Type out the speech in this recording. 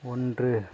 ஒன்று